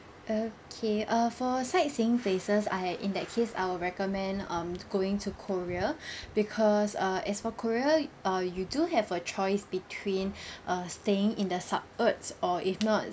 okay err for sightseeing places I in that case I will recommend um going to korea because err as for korea uh you do have a choice between uh staying in the suburb or if not